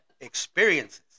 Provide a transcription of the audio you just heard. experiences